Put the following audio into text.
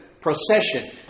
procession